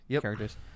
characters